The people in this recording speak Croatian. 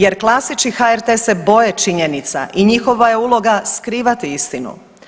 Jer klasični HRT se boji činjenica i njihova je uloga skrivati istinu.